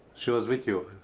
she was with you.